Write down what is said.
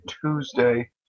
Tuesday